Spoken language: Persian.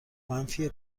منفی